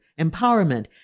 empowerment